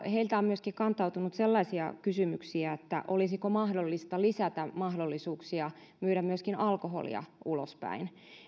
heiltä on myöskin kantautunut sellaisia kysymyksiä että olisiko mahdollista lisätä mahdollisuuksia myydä myöskin alkoholia ulospäin